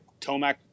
Tomac